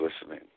listening